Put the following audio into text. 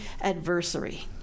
Adversary